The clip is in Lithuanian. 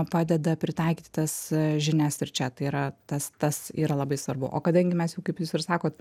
padeda pritaikyti tas žinias ir čia tai yra tas tas yra labai svarbu o kadangi mes jau kaip jūs ir sakot